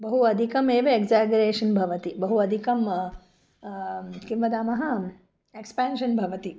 बहु अधिकमेव एक्सागरेशन् भवति बहु अधिकं किं वदामः एक्स्पान्शन् भवति